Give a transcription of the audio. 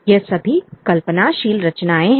ये सभी कल्पनाशील रचनाएँ हैं